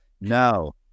no